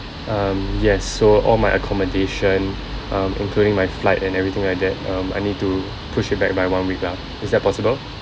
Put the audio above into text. um yes so all my accommodation um including my flight and everything like that um I need to push it back by one week lah is that possible